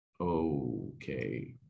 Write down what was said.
okay